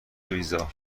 ویزا